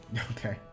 Okay